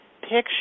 picture